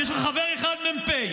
אם יש לך חבר אחד מ"פ,